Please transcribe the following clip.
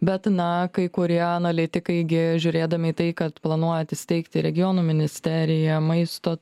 bet na kai kurie analitikai gi žiūrėdami į tai kad planuojat įsteigti regionų ministeriją maisto